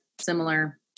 similar